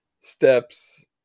steps